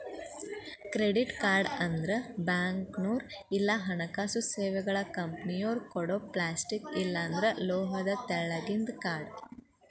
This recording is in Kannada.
ಕ್ರೆಡಿಟ್ ಕಾರ್ಡ್ ಅಂದ್ರ ಬ್ಯಾಂಕ್ನೋರ್ ಇಲ್ಲಾ ಹಣಕಾಸು ಸೇವೆಗಳ ಕಂಪನಿಯೊರ ಕೊಡೊ ಪ್ಲಾಸ್ಟಿಕ್ ಇಲ್ಲಾಂದ್ರ ಲೋಹದ ತೆಳ್ಳಗಿಂದ ಕಾರ್ಡ್